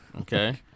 Okay